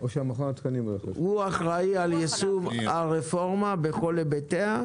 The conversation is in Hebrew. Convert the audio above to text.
או שמכון התקנים --- הוא אחראי על יישום הרפורמה בכל היבטיה,